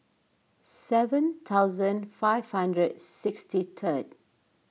seven thousand five hundred sixty third